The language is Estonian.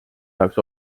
jaoks